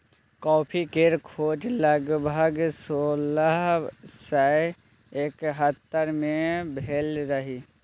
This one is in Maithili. कॉफ़ी केर खोज लगभग सोलह सय एकहत्तर मे भेल रहई